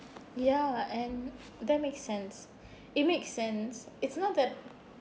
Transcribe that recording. ya and that makes sense it makes sense it's not that